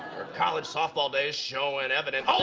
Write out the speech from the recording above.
college-softball days showing evident. holy